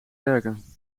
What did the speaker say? werken